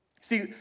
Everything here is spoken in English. See